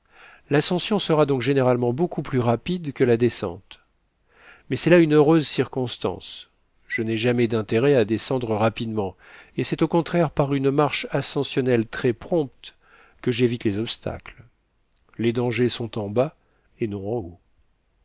l'ascension sera donc généralement beaucoup plus rapide que la descente mais c'est là une heureuse circonstance je n'ai jamais d'intérêt à descendre rapidement et cest au contraire par une marche ascensionnelle très prompte que j'évite les obstacles les dangers sont en bas et non en haut